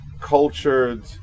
cultured